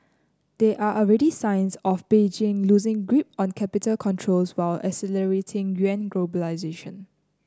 there are already signs of Beijing loosing grip on capital controls while accelerating yuan globalisation